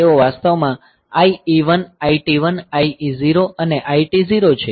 તેઓ વાસ્તવમાં IE1 IT1 IE0 અને IT0 છે